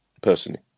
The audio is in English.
personally